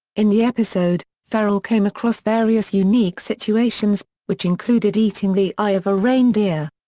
in the episode, ferrell came across various unique situations, which included eating the eye of a reindeer.